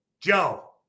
Joe